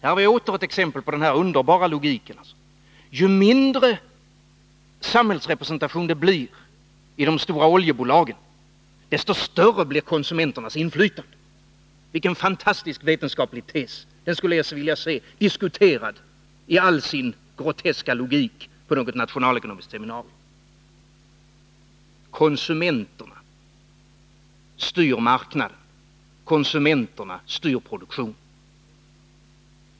Här har vi åter ett exempel på borgarnas underbara logik. Ju mindre samhällsrepresentation det blir i de stora oljebolagen, desto större blir konsumenternas inflytande. Vilken fantastisk vetenskaplig tes! Den skulle jag vilja se diskuterad i all sin groteska logik på något nationalekonomiskt seminarium. Konsumenterna styr marknaden och produktionen, säger Hadar Cars.